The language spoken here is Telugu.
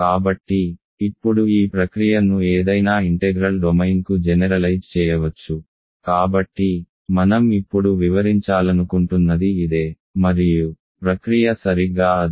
కాబట్టి ఇప్పుడు ఈ ప్రక్రియ ను ఏదైనా ఇంటెగ్రల్ డొమైన్కు జెనెరలైజ్ చేయవచ్చు కాబట్టి మనం ఇప్పుడు వివరించాలనుకుంటున్నది ఇదే మరియు ప్రక్రియ సరిగ్గా అదే